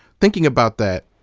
thinking about that,